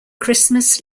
christmas